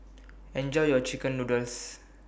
Enjoy your Chicken Noodles